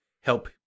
help